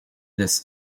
this